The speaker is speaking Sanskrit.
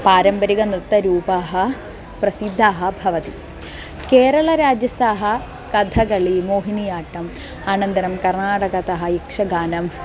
पारम्परिकनृत्तरूपाः प्रसिद्धाः भवति केरळराज्यस्ताः कथकली मोहिनीयाट्टम् अनन्तरं कर्णाटकतः यक्षगानम्